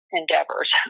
endeavors